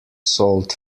sold